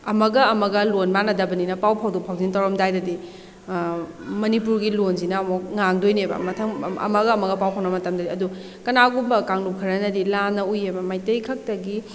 ꯑꯃꯒ ꯑꯃꯒ ꯂꯣꯟ ꯃꯥꯟꯅꯗꯕꯅꯤꯅ ꯄꯥꯎ ꯐꯥꯎꯗꯣꯛ ꯐꯥꯎꯖꯤꯟ ꯇꯧꯔꯝꯗꯥꯏꯗꯗꯤ ꯃꯅꯤꯄꯨꯔꯒꯤ ꯂꯣꯟꯁꯤꯅ ꯑꯃꯨꯛ ꯉꯥꯡꯗꯣꯏꯅꯦꯕ ꯃꯊꯪ ꯑꯃꯒ ꯑꯃꯒ ꯄꯥꯎ ꯐꯥꯎꯅ ꯃꯇꯝꯗꯗꯤ ꯑꯗꯨ ꯀꯅꯥꯒꯨꯝꯕ ꯀꯥꯡꯂꯨꯞ ꯈꯔꯅꯗꯤ ꯂꯥꯟꯅ ꯎꯏꯑꯦꯕ ꯃꯩꯇꯩ ꯈꯛꯇꯒꯤ